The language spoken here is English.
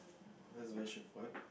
that's very straightforward